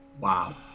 Wow